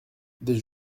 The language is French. des